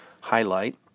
highlight